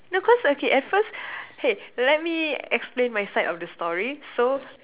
no cause okay at first !hey! let me explain my side of the story